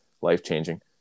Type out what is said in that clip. life-changing